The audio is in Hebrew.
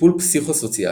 טיפול פסיכוסוציאלי